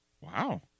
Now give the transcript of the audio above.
wow